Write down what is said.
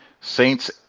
Saints